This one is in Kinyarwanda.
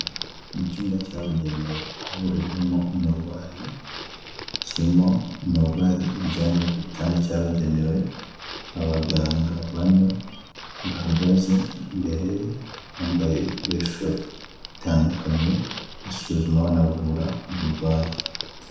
Mu cyumba cyabugenewe kuvurirwamo umurwayi, kirimo umurwayi uryamye ku gitanda cyabugenewe abaganga bane bahagaze imbere bambaye ibikoresho bitandukanye basuzuma banavura umurwayi.